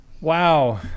Wow